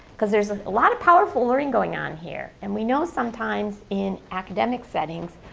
because there's a lot of powerful learning going on here, and we know sometimes in academic settings,